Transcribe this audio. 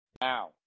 now